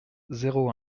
zéro